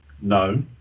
No